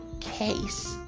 case